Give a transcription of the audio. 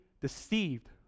deceived